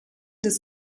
des